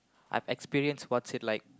I've experienced what's it like